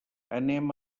anem